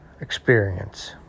experience